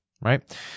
right